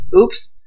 Oops